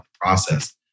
process